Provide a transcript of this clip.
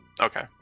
Okay